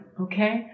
Okay